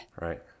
Right